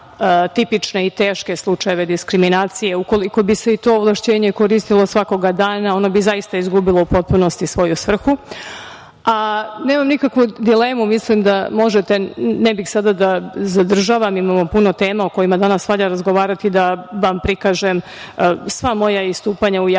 tipične i teške slučajeve diskriminacije, ukoliko bi se to ovlašćenje koristilo svakog dana, ono bi zaista izgubilo u potpunosti svoju svrhu. Nemam nikakvu dilemu, mislim da možete, ne bih sada da zadržavam, imamo puno tema o kojima danas valja razgovarati, da vam prikažem sva moja istupanja u javnosti